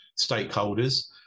stakeholders